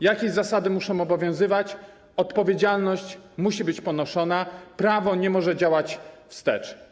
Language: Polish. Jakieś zasady muszą obowiązywać, odpowiedzialność musi być ponoszona, prawo nie może działać wstecz.